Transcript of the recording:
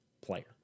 player